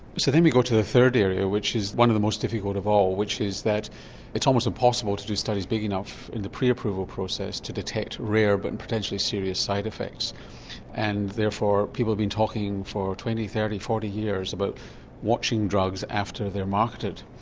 so then we go to the third area which is one of the most difficult of all which is that it's almost impossible to do studies big enough in the pre-approval process to detect rare but potentially serious side effects and therefore people have been talking for twenty, thirty, forty years about watching drugs after they're marketed.